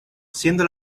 siendo